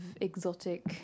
exotic